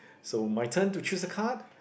so my turn to choose a card